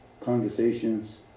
conversations